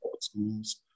schools